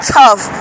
tough